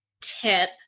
tip